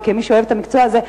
וכמי שאוהבת את המקצוע הזה,